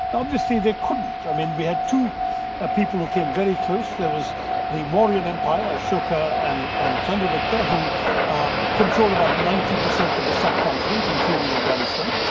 and obviously, they couldn't. i mean, we had two ah people who came very close. there was the mauryan empire, ashoka and and chandragupta who controlled about ninety percent of the subcontinent, including afghanistan.